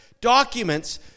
documents